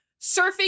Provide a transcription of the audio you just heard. Surfing